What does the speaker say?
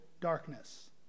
darkness